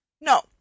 No